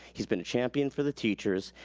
he's been a champion for the teachers.